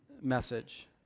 message